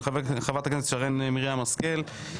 של חברת הכנסת שרן מרים השכל,